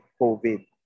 COVID